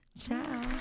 Ciao